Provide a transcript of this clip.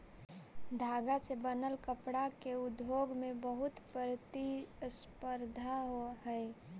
धागा से बनल कपडा के उद्योग में बहुत प्रतिस्पर्धा हई